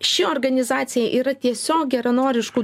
ši organizacija yra tiesiog geranoriškų